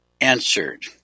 answered